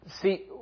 See